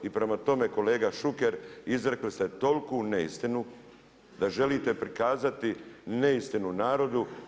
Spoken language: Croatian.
I prema tome kolega Šuker izrekli ste toliku neistinu da želite prikazati neistinu narodu.